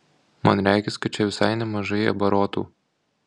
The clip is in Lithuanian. man regis kad čia visai nemažai abarotų